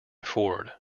ford